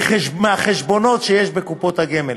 מהחשבונות שיש בקופות הגמל.